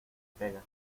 pega